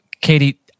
Katie